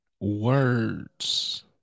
Words